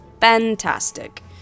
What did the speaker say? fantastic